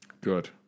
good